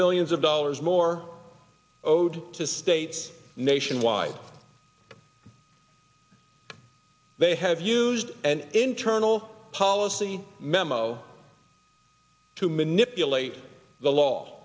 millions of dollars more odes to states nationwide they have used an internal policy memo to manipulate the law